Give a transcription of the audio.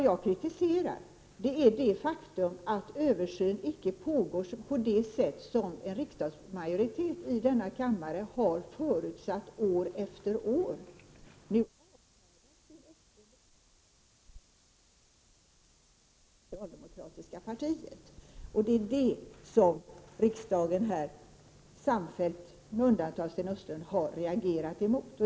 Jag kritiserar det faktum att översynen icke pågår på det sätt som en riksdagsmajoritet har förutsatt år efter år. Nu avfärdar Sten Östlund denna kritik enbart med hänvisning till att man sköter detta inom det socialdemokratiska partiet. Det är detta som riksdagen samfällt, med undantag av Sten Östlund, har reagerat emot.